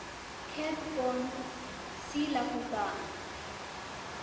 ᱠᱷᱮᱛ ᱵᱚᱱ ᱥᱤ ᱞᱟᱦᱩᱫᱟ